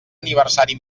aniversari